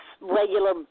regular